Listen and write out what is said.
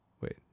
wait